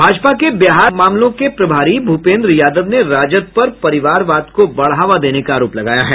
भाजपा के बिहार मामलों के प्रभारी भूपेन्द्र यादव ने राजद पर परिवारवाद को बढ़ावा देने का आरोप लगाया है